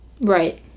Right